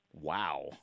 Wow